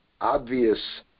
obvious